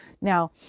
Now